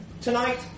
Tonight